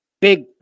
big